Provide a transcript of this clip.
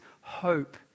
hope